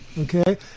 Okay